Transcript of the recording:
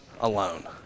alone